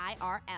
IRL